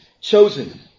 chosen